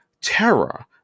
terror